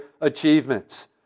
achievements